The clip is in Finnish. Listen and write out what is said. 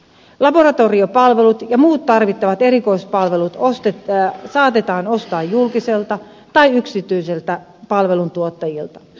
laboratoriopalvelut ja muut tarvittavat erikoispalvelut saatetaan ostaa julkiselta tai yksityiseltä palveluntuottajalta